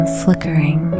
flickering